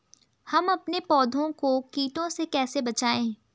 हम अपने पौधों को कीटों से कैसे बचाएं?